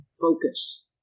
Focus